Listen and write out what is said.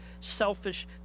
selfish